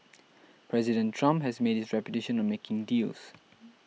President Trump has made his reputation on making deals